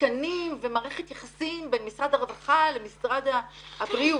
תקנים ומערכת יחסים בין משרד הרווחה למשרד הבריאות.